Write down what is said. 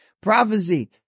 Prophecy